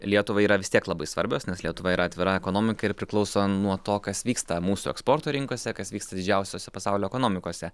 lietuvai yra vis tiek labai svarbios nes lietuva yra atvira ekonomika ir priklauso nuo to kas vyksta mūsų eksporto rinkose kas vyksta didžiausiose pasaulio ekonomikose